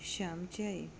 श्यामची आई